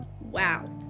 wow